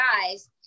guys